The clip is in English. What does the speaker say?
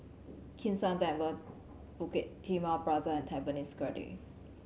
Kim San Temple Bukit Timah Plaza and Tampines Grande